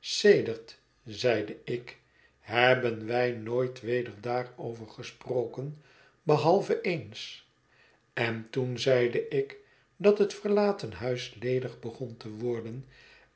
sedert zeide ik hebben wij nooit weder daarover gesproken behalve eens en toen zeide ik dat het verlaten huis ledig begon te worden